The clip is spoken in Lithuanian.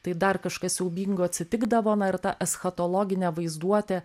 tai dar kažkas siaubingo atsitikdavo na ir ta eschatologinė vaizduotė